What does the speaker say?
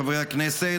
חברי הכנסת,